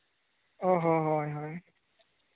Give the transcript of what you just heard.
ᱚ ᱦᱚᱸ ᱦᱳᱭ ᱦᱳᱭ